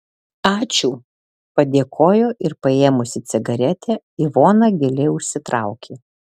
ačiū padėkojo ir paėmusi cigaretę ivona giliai užsitraukė